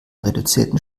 reduzierten